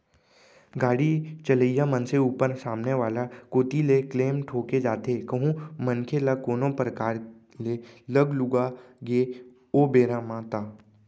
गाड़ी चलइया मनसे ऊपर सामने वाला कोती ले क्लेम ठोंके जाथे कहूं मनखे ल कोनो परकार ले लग लुगा गे ओ बेरा म ता